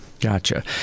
Gotcha